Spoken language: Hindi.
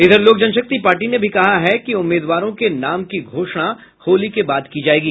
इधर लोक जनशक्ति पार्टी ने भी कहा है कि उम्मीदवारों के नाम की घोषणा होली के बाद की जायेगी